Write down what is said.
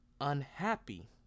unhappy